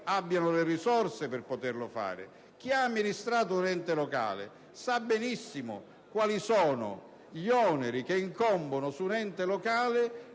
abbiano le risorse necessari. Chi ha amministrato un ente locale sa benissimo quali sono gli oneri che incombono su un ente locale